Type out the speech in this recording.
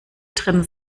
drin